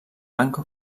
banc